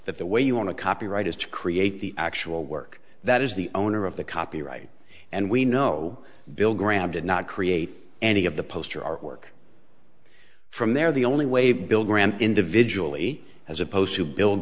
the way you want to copyright is to create the actual work that is the owner of the copyright and we know bill graham did not create any of the poster our work from there the only way bill graham individually as opposed to bil